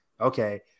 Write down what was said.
Okay